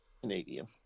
Canadian